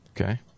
Okay